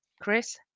Chris